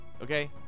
Okay